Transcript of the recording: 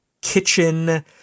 kitchen